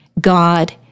God